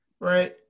Right